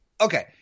okay